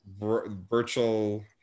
virtual